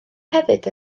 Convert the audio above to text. hefyd